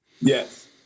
Yes